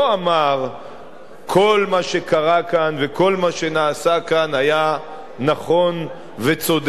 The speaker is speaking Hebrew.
לא אמר שכל מה שקרה כאן ושכל מה שנעשה כאן היה נכון וצודק.